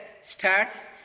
starts